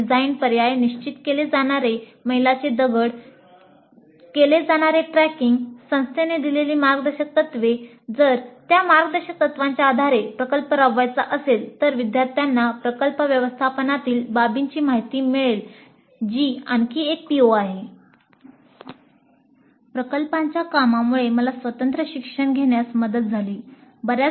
"प्रकल्पाच्या कामामुळे मला स्वतंत्र शिक्षण घेण्यास मदत झाली"